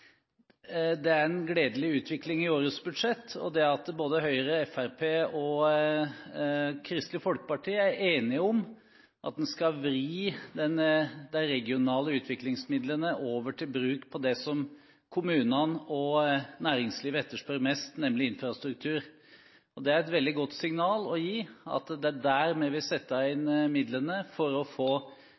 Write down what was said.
det er en gledelig utvikling i årets budsjett – både Høyre, Fremskrittspartiet og Kristelig Folkeparti er enige om at man skal vri de regionale utviklingsmidlene over til bruk på det som kommunene og næringslivet etterspør mest, nemlig infrastruktur. Det er et veldig godt signal å gi. Det er der vi vil sette inn midlene, for å få